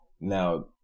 now